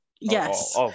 yes